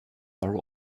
are